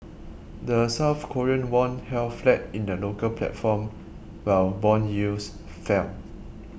the South Korean won held flat in the local platform while bond yields fell